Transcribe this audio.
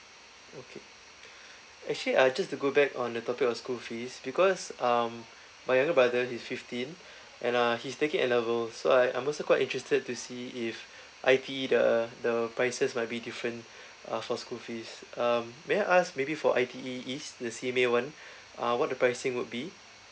okay actually uh just to go back on the topic of school fees because um my younger brother he fifteen and uh he's taking A levels so I I'm also quite interested to see if I_T_E the the prices might be different uh for school fees um may I ask maybe for I_T_E east the simei one uh what the pricing would be